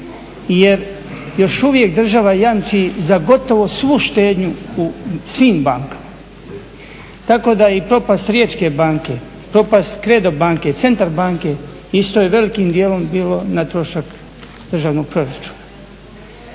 jer još uvijek država jamči za gotovo svu štednju u svim bankama. Tako da i propast Riječke banke, propast Credo banke, Centar banke isto je velikim dijelom bilo na trošak državnog proračuna.